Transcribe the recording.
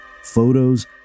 photos